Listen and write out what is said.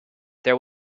there